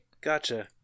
Gotcha